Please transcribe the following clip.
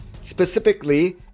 specifically